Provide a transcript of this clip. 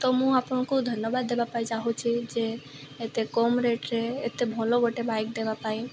ତ ମୁଁ ଆପଣଙ୍କୁ ଧନ୍ୟବାଦ ଦେବା ପାଇଁ ଚାହୁଁଛି ଯେ ଏତେ କମ୍ ରେଟ୍ରେ ଏତେ ଭଲ ଗୋଟେ ବାଇକ୍ ଦେବା ପାଇଁ